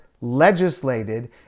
legislated